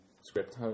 Script